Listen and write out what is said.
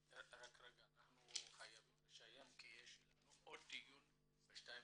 אנחנו חייבים לסיים כי יש לנו עוד דיון ב-14:30.